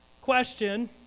question